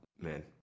man